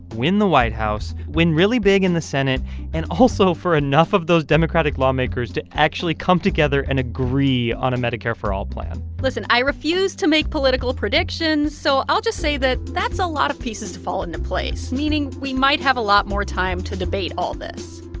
win the white house, win really big in the senate and also for enough of those democratic lawmakers to actually come together and agree on a medicare for all plan listen i refuse to make political predictions, so i'll just say that that's a lot of pieces to fall into place, meaning we might have a lot more time to debate all this